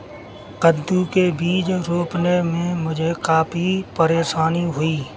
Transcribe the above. कद्दू के बीज रोपने में मुझे काफी परेशानी हुई